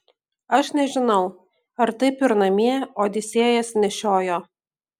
aš nežinau ar taip ir namie odisėjas nešiojo